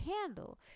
handle